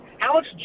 alex